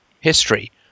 history